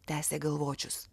tęsė galvočius